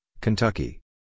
Kentucky